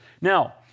Now